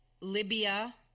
Libya